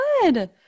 good